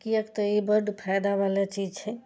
कियाक तऽ ई बड्ड फायदा बला चीज छै